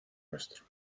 castro